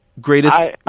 greatest